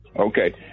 Okay